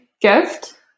gift